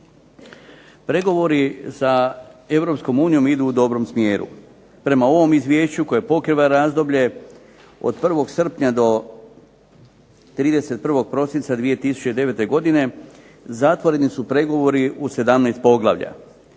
Europskom unijom idu u dobrom smjeru, prema ovom Izvješću koje pokriva razdoblje od 1. srpnja do 31. prosinca 2009. godine zatvoreni su pregovori u 17. poglavlja.